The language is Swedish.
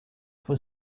får